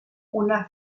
una